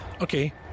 Okay